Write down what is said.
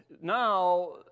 now